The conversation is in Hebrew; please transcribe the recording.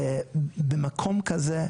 ובמקום כזה,